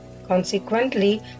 Consequently